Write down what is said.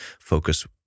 focus